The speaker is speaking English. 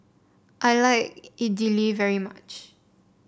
I like Idili very much